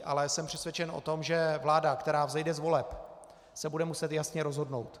Ale jsem přesvědčen o tom, že vláda, která vzejde z voleb, se bude muset jasně rozhodnout.